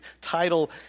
title